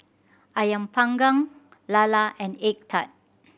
Ayam Panggang lala and egg tart